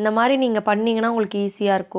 இந்த மாதிரி நீங்கள் பண்ணீங்கன்னா உங்களுக்கு ஈஸியாக இருக்கும்